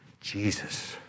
Jesus